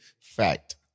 Fact